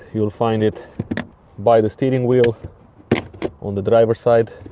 you will find it by the steering whell on the driver side